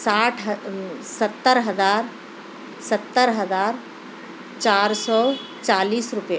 ساٹھ ستر ہزار ستر ہزار چار سو چالیس روپئے